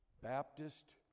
Baptist